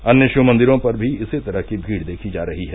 अन्य शिव मंदिरों पर भी इसी तरह की भीड़ देखी जा रही है